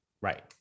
Right